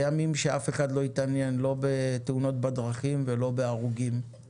בימים שאף אחד לא התעניין בתאונות בדרכים ובהרוגים הוא